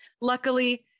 Luckily